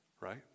right